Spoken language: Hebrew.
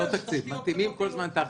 לא תקציב, מתאימים כל הזמן את ההכנסות.